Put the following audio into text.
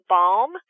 Balm